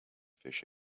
fish